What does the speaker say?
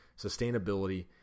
sustainability